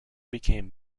became